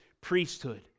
priesthood